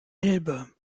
elbe